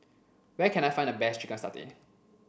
where can I find the best chicken satay